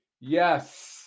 Yes